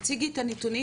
תציגי את הנתונים,